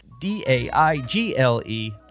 D-A-I-G-L-E